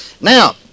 Now